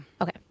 Okay